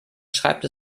schreibt